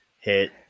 hit